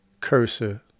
cursor